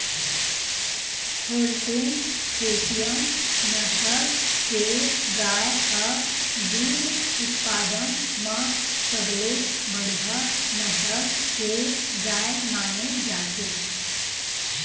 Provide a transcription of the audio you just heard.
Holstein Friesian नसल के गाय ह दूद उत्पादन म सबले बड़िहा नसल के गाय माने जाथे